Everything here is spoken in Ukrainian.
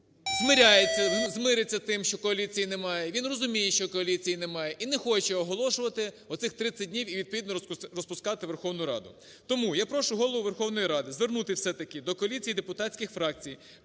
змириться з тим, що коаліції немає, він розуміє, що коаліції немає і не хоче оголошувати оцих 30 днів і відповідно розпускати Верховну Раду. Тому я прошу Голову Верховної Ради звернутися все-таки до коаліції депутатських фракцій